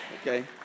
Okay